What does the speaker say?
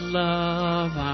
love